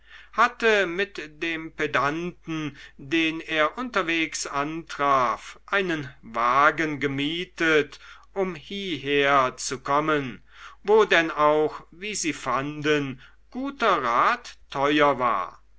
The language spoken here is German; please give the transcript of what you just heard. hatte mit dem pedanten den er unterwegs traf einen wagen gemietet um hierher zu kommen wo denn auch wie sie fanden guter rat teuer war